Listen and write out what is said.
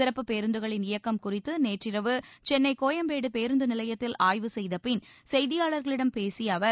சிறப்பு பேருந்துகளின் இயக்கம் குறித்து நேற்றிரவு சென்னை கோயம்பேடு பேருந்து நிலையத்தில் ஆய்வு செய்தபின் செய்தியாளர்களிடம் பேசிய அவர்